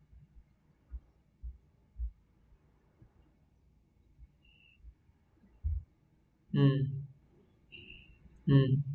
hmm